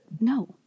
no